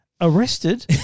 Arrested